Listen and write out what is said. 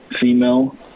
female